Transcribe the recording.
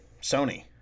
Sony